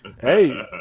Hey